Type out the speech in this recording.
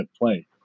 play